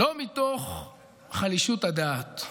לא מתוך חלישות הדעת,